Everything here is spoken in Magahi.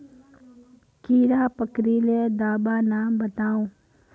कीड़ा पकरिले दाबा नाम बाताउ?